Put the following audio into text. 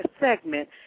segment